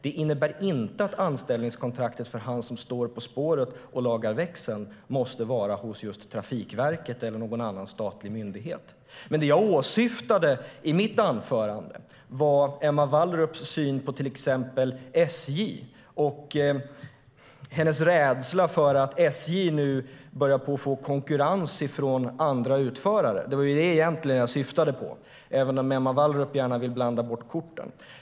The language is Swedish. Det innebär inte att anställningskontraktet för den som står på spåret och lagar växeln måste ligga hos just Trafikverket eller hos någon annan statlig myndighet. Det jag åsyftade i mitt anförande var Emma Wallrups syn på till exempel SJ och hennes rädsla för att SJ nu börjar få konkurrens av andra utförare. Det var det jag egentligen syftade på, även om Emma Wallrup gärna vill blanda bort korten.